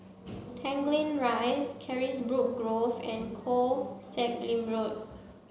Tanglin Rise Carisbrooke Grove and Koh Sek Lim Road